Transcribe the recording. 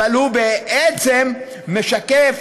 אבל הוא בעצם משקף,